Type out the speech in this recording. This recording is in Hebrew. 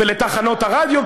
ולתחנות הרדיו,